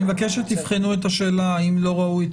אני מבקש שתבחנו את השאלה האם לא ראוי,